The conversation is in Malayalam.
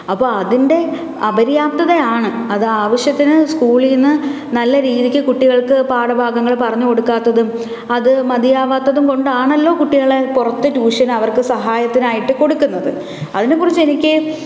അപ്പോൾ അതിൻ്റെ അപര്യാപ്തത ആണ് അത് ആവശ്യത്തിന് സ്കൂളിൽ നിന്ന് നല്ല രീതിയ്ക്ക് കുട്ടികൾക്ക് പാഠഭാഗങ്ങൾ പറഞ്ഞു കൊടുക്കാത്തതും അത് മതിയാവാത്തതും കൊണ്ടാണല്ലോ കുട്ടികൾ പുറത്ത് ട്യൂഷൻ അവർക്ക് സഹായത്തിനായിട്ട് കൊടുക്കുന്നത് അതിനെക്കുറിച്ച് എനിക്ക്